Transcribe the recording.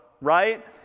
right